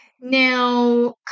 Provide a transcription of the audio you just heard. Now